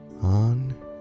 on